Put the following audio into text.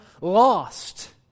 lost